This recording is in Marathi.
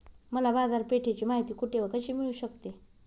मला बाजारपेठेची माहिती कुठे व कशी मिळू शकते?